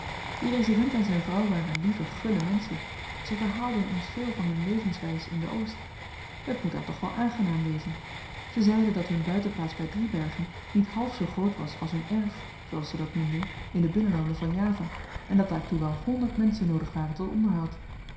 die resident en zyn vrouw waren lieve gulle menschen ze verhaalden ons veel van hun levenswys in den oost het moet daar toch wel aangenaam wezen zy zeiden dat hun buitenplaats by driebergen niet half zoo groot was als hun erf zooals ze dat noemden in de binnenlanden van java en dat daartoe wel honderd menschen noodig waren tot onderhoud